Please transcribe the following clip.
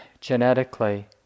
genetically